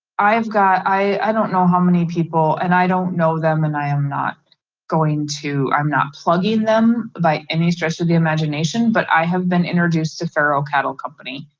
i've got i don't know how many people and i don't know them and i am not going to i'm not plugging them by any stretch of the imagination but i have been introduced to faro cattle company.